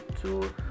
two